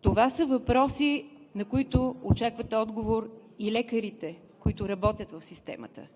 Това са въпроси, на които очакват отговор и лекарите, които работят в системата.